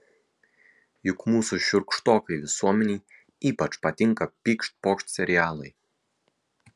juk mūsų šiurkštokai visuomenei ypač patinka pykšt pokšt serialai